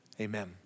amen